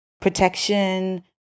protection